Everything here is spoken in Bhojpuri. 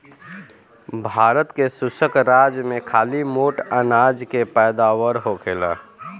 भारत के शुष्क राज में खाली मोट अनाज के पैदावार होखेला